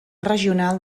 regional